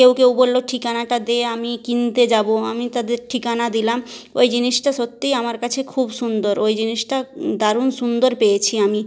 কেউ কেউ বললো ঠিকানাটা দে আমি কিনতে যাবো আমি তাদের ঠিকানা দিলাম ওই জিনিসটা সত্যিই আমার কাছে খুব সুন্দর ওই জিনিসটা দারুণ সুন্দর পেয়েছি আমি